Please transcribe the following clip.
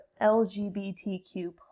LGBTQ